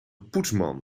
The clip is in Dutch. poetsman